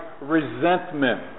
resentment